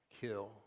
kill